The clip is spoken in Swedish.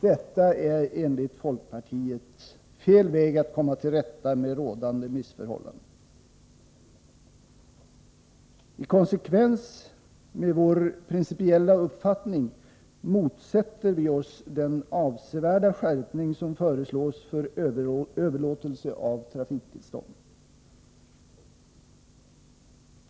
Detta är enligt folkpartiet fel väg att komma till rätta med rådande missförhållanden. I konsekvens med vår principiella uppfattning motsätter vi oss den avsevärda skärpning som föreslås för överlåtelse av trafiktillstånd.